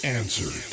answer